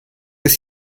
ist